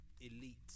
elite